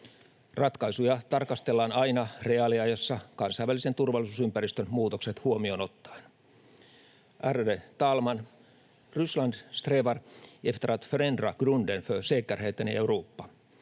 Ratkaisuja tarkastellaan aina reaaliajassa kansainvälisen turvallisuusympäristön muutokset huomioon ottaen. Ärade talman! Ryssland strävar efter att förändra grunden för säkerheten i Europa.